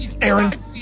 Aaron